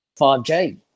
5G